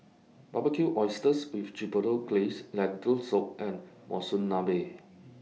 Barbecued Oysters with Chipotle Glaze Lentil Soup and Monsunabe